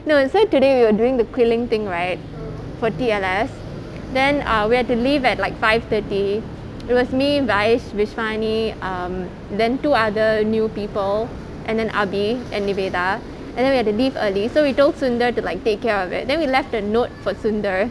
no so today we were doing the during the quilling thing right for T_L_S then ah we had to leave at like five thirty it was me vaish vishani um then two other new people and then ah bee and niveda and then we had to leave early so we told sundar to like take care of it then we left a note for sundar